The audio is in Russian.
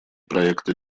проекта